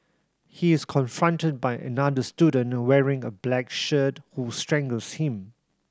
he is confronted by another student wearing a black shirt who strangles him